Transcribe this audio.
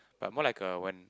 but more like a when